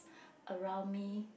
around me